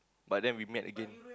but then we met again